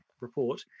report